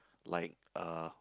like uh